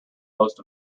most